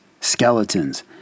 skeletons